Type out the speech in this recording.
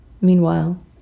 Meanwhile